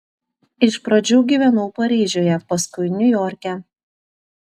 iš pradžių gyvenau paryžiuje paskui niujorke